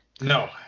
No